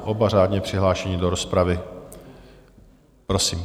Oba řádně přihlášeni do rozpravy, prosím.